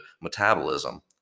metabolism